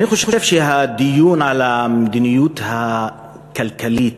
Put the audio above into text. אני חושב שהדיון על המדיניות הכלכלית